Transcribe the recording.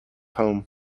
home